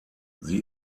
sie